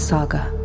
Saga